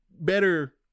better